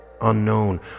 unknown